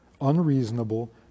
unreasonable